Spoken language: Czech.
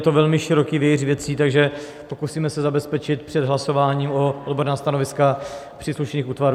Je to velmi široký vějíř věcí, takže pokusíme se zabezpečit před hlasováním odborná stanoviska příslušných útvarů.